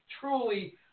truly